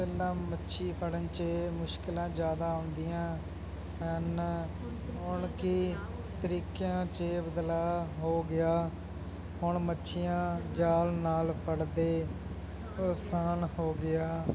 ਪਹਿਲਾਂ ਮੱਛੀ ਫੜਨ 'ਚ ਮੁਸ਼ਕਿਲਾਂ ਜ਼ਿਆਦਾ ਆਉਂਦੀਆਂ ਹਨ ਹੁਣ ਕਈ ਤਰੀਕਿਆ 'ਚ ਬਦਲਾਅ ਹੋ ਗਿਆ ਹੁਣ ਮੱਛੀਆਂ ਜਾਲ ਨਾਲ ਫੜਦੇ ਆਸਾਨ ਹੋ ਗਿਆ